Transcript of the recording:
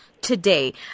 today